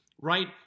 right